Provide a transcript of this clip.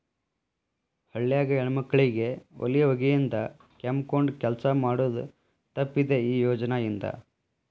ಹಳ್ಯಾಗ ಹೆಣ್ಮಕ್ಕಳಿಗೆ ಒಲಿ ಹೊಗಿಯಿಂದ ಕೆಮ್ಮಕೊಂದ ಕೆಲಸ ಮಾಡುದ ತಪ್ಪಿದೆ ಈ ಯೋಜನಾ ಇಂದ